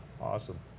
Awesome